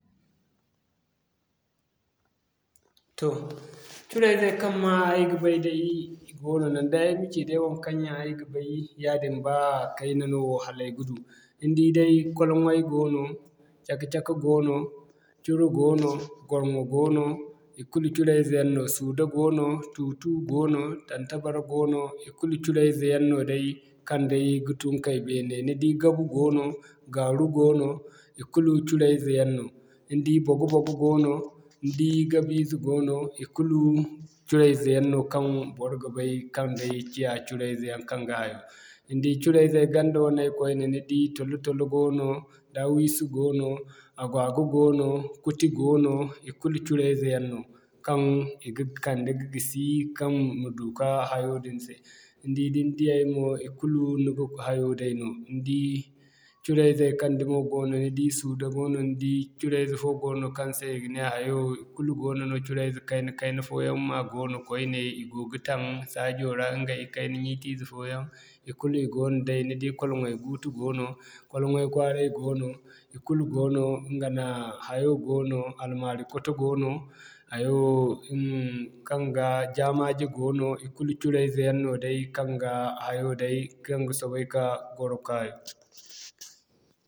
Toh Curaizey kaŋ ma ay ga bay day goono naŋ day ay ma ci day waŋkaŋ yaŋ ay ga bay yaadin ba kayna no hala ay ga du. Ni di day kwalŋay goono, Caka-caka goono, Curo goono, Gwarŋwo goono ikulu Curo izey yaŋ no. Suuda goono, Tu-tu goono, Tantabar goono, ikulu curo ize yaŋ no day kaŋ day ga tun kay beene. Ni di gabu goono, Gaaru goono, ikulu curaizey yaŋ no ni di Bago-bago goono, ni di Gabize goono, ikulu curaizey yaŋ no kaŋ bor ga bay kaŋ day ciya curaizey yaŋ kaŋ ga hayo. Ni di curaizey ganda waney koyne ni di Tolo-tolo goono, Dawisu goono, Agwa-gwa goono, Kuti goono, ikulu curaize yaŋ no. Kaŋ i ga kande ka gisi, kaŋ i ma du ka hayo din se. Ni di da ni diyay mo ikulu ni ga hayo day no ni di Curaizey kaŋ dumo goono kaŋ i ga kande ka gisi, kaŋ ma du ka hayo din se ni di da ni diyay mo ikulu ni ga hayo day no. Ni di curaizey kaŋ dumo goono ni di Suuda goono ni di curaize fo goono kaŋ se i ga ne hayo, ikulu goono no curaize kayna-kayna fooyaŋ ma goono koyne, i go ga taŋ saajora ɲgay kayna ɲiiti ize fooyaŋ kulu i goono day, ni di kwalŋay-guutu goono, kwalŋay kwaaray goono, ikulu goono ɲga nooya, hayo goono Almari kwato goono, hayo kaŋ ga Jamaje goono, ikulu curo ize yaŋ no day kaŋ ga hayo day kaŋ ga soobay ka gwaro ka hayo.